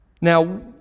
Now